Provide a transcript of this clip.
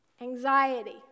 Anxiety